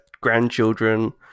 grandchildren